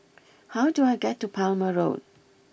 how do I get to Palmer Road